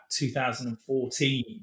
2014